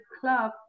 club